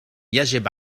يجب